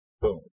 Boom